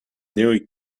nearly